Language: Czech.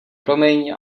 promiň